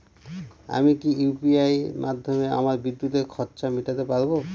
আমি কি ইউ.পি.আই মাধ্যমে আমার বিদ্যুতের খরচা মেটাতে পারব?